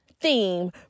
theme